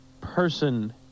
Person